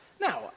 Now